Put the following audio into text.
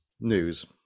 news